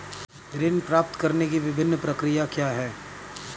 ऋण प्राप्त करने की विभिन्न प्रक्रिया क्या हैं?